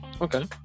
Okay